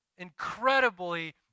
incredibly